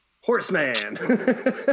Horseman